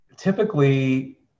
Typically